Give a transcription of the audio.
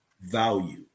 value